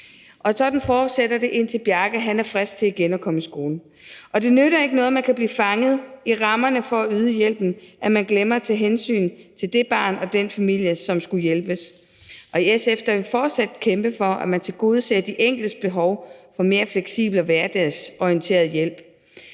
Sådan fortsætter det, indtil Bjarke er frisk nok til igen at komme i skole. Det nytter ikke noget, at man kan blive fanget i rammerne for at yde hjælpen, og at man glemmer at tage hensyn til det barn og den familie, som skulle hjælpes. I SF vil vi fortsat kæmpe for, at man tilgodeser de enkeltes behov for mere fleksibel og hverdagsorienteret hjælp.